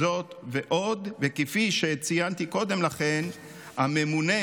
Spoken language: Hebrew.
זאת ועוד, וכפי שציינתי קודם לכן, הממונה